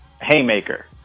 haymaker